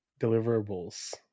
deliverables